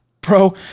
Bro